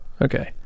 okay